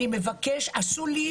עשו לי